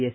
S